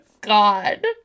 God